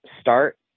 start